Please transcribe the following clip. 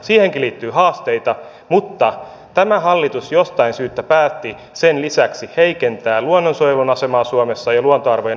siihenkin liittyy haasteita mutta tämä hallitus jostain syystä päätti sen lisäksi heikentää luonnonsuojelun asemaa ja luontoarvojen vaalimisen asemaa suomessa